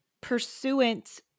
pursuant